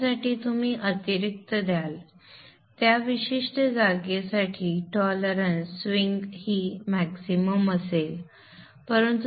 त्यासाठी तुम्ही अतिरिक्त द्याल त्या विशिष्ट जागेसाठी टॉलरन्स स्विंग ही कमाल असेल